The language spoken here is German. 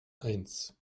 eins